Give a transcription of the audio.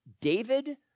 David